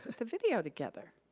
the video together.